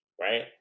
right